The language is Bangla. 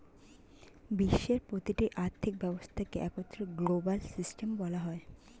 বিশ্বের প্রতিটি আর্থিক ব্যবস্থাকে একত্রে গ্লোবাল সিস্টেম বলা হয়